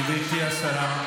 גברתי השרה,